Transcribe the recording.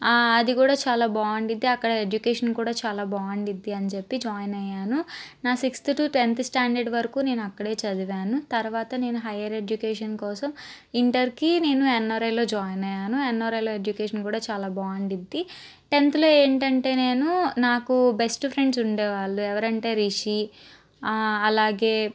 అది కూడా చాలా బాగుంటుంది అక్కడ ఎడ్యుకేషన్ కూడా చాలా బాగుంటుంది అని చెప్పి జాయిన్ అయ్యాను నా సిక్స్త్ టు టెన్త్ స్టాండర్డ్ వరకు అక్కడే చదివాను తర్వాత నేను హయ్యర్ ఎడ్యుకేషన్ కోసం ఇంటర్కి నేను ఎన్ఆర్ఐలో జాయిన్ అయ్యాను ఎన్ఆర్ఐలో ఎడ్యుకేషన్ కూడా చాలా బాగుంటుంది టెన్త్లో ఏంటంటే నేను నాకు బెస్ట్ ఫ్రెండ్స్ ఉండేవాళ్ళు ఎవరంటే రిషి అలాగే